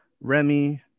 Remy